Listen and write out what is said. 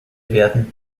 werden